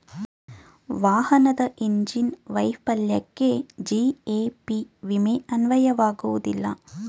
ವಾಹನದ ಇಂಜಿನ್ ವೈಫಲ್ಯಕ್ಕೆ ಜಿ.ಎ.ಪಿ ವಿಮೆ ಅನ್ವಯವಾಗುವುದಿಲ್ಲ